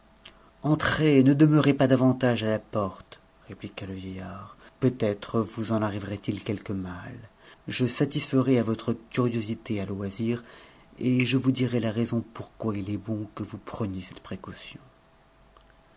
entrez ne demeurez pas davantage à la porte répliqua le vieillard peut-être vous en arriverait il quelque mal je satisferai à votre curiosité à loisir et je vous dirai la raison pourquoi il est bon que vous preniez cette précaution